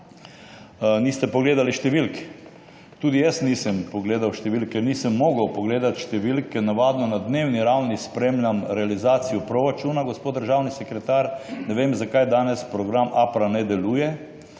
niste pogledali številk. Tudi jaz nisem pogledal številk, ker nisem mogel pogledati številk, navadno na dnevni ravni spremljam realizacijo proračuna. Gospod državni sekretar, ne vem, zakaj danes program APPrA ne deluje,